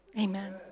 amen